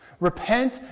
Repent